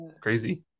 Crazy